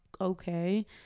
okay